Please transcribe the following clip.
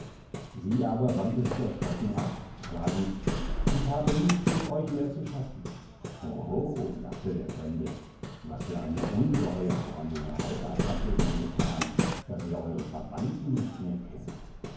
sie aber wandte sich erschrocken ab sagend ich habe nichts mit euch mehr zu schaffen hoho lachte der fremde was für eine ungeheuer vornehme heirat habt ihr denn getan daß ihr eure verwandten nicht mehr kennt